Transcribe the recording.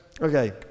Okay